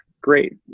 great